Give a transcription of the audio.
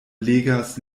legas